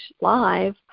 live